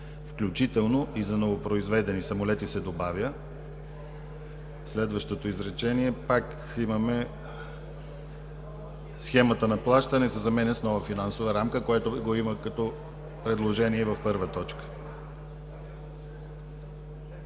„включително и за новопроизведени самолети“ се добавя. В следващото изречение пак имаме „схемата на плащане“ се заменя с „нова финансова рамка“, което го има като предложение в първа точка.